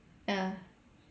ya